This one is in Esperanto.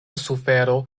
sufero